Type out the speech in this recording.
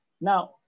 Now